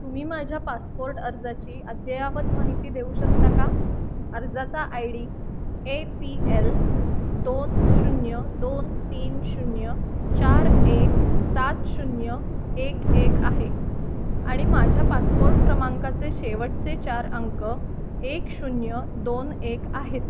तुम्ही माझ्या पासपोर्ट अर्जाची अद्ययावत माहिती देऊ शकता का अर्जाचा I D A P L दोन शून्य दोन तीन शून्य चार एक सात शून्य एक एक आहे आणि माझ्या पासपोर्ट क्रमांकाचे शेवटचे चार अंक एक शून्य दोन एक आहेत